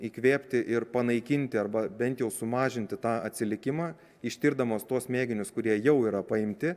įkvėpti ir panaikinti arba bent jau sumažinti tą atsilikimą ištirdamos tuos mėginius kurie jau yra paimti